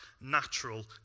natural